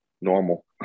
normal